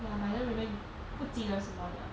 ya but I didn't really 不记得什么了